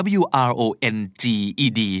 wronged